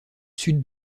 sud